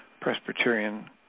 Presbyterian